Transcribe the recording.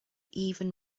even